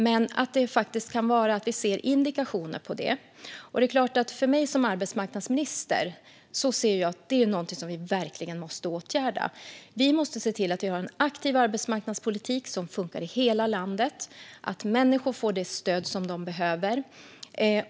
Däremot kan det vara så att vi ser indikationer på det. Som arbetsmarknadsminister ser jag då att detta är något som vi verkligen måste åtgärda. Vi måste se till att ha en aktiv arbetsmarknadspolitik som funkar i hela landet och att människor får det stöd som de behöver.